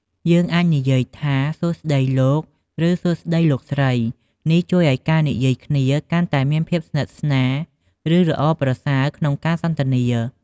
យើងអាចនិយាយថា "សួស្ដី លោក" ឬ "សួស្ដី លោកស្រី" នេះជួយឱ្យការនិយាយគ្នាកាន់តែមានភាពស្និទ្ធស្នាល ឬ ល្អប្រសើរក្នុងការសន្ទនា។